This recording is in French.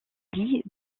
lit